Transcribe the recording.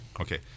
Okay